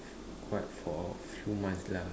quite for a few months lah